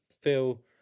feel